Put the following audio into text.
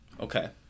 Okay